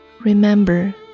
remember